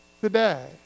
today